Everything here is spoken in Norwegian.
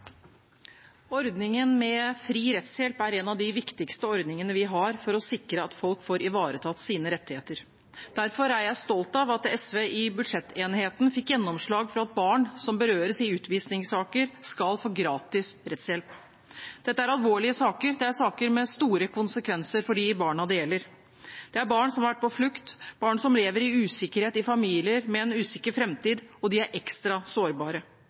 en av de viktigste ordningene vi har for å sikre at folk får ivaretatt sine rettigheter. Derfor er jeg stolt av at SV i budsjettenigheten fikk gjennomslag for at barn som berøres i utvisningssaker, skal få gratis rettshjelp. Dette er alvorlige saker, det er saker med store konsekvenser for de barna det gjelder. Det er barn som har vært på flukt, barn som lever i usikkerhet i familier med en usikker framtid, og de er ekstra sårbare.